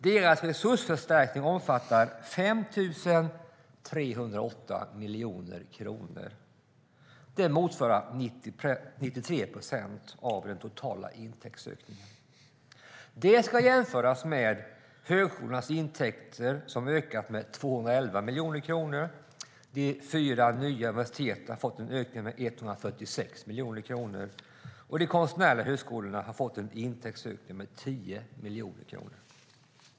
Deras resursförstärkning omfattar 5 308 miljoner kronor. Det motsvarar 93 procent av den totala intäktsökningen. Det ska jämföras med högskolornas intäkter, som ökat med 211 miljoner kronor. De fyra nya universiteten har fått en intäktsökning med 146 miljoner kronor och de konstnärliga högskolorna med 10 miljoner kronor.